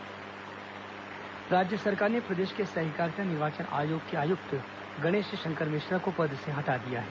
सहकारिता निर्वाचन आयुक्त राज्य सरकार ने प्रदेश के सहकारिता निर्वाचन आयोग के आयुक्त गणेश शंकर मिश्रा को पद से हटा दिया है